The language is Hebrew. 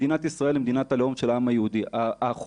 מדינת ישראל היא מדינת הלאום של העם היהודי,